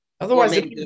Otherwise